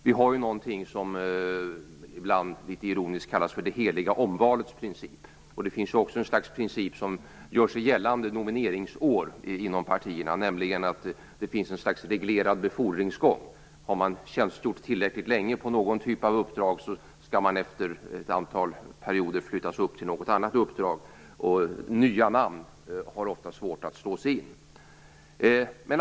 Vi har något som ibland litet ironiskt kallas "det heliga omvalets princip". Det finns en princip som gör sig gällande i partierna under nomineringsår, nämligen att det finns något slags reglerad befordringsgång. Har man tjänstgjort tillräckligt länge på någon typ av uppdrag skall man efter ett antal perioder flyttas upp till något annat uppdrag. Nya namn har ofta svårt att slå sig in.